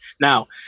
Now